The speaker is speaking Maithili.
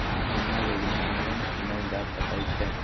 बीमा योजना ऑनलाइन कीनल जा सकै छै?